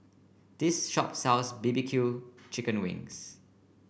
this shop sells B B Q chickened wings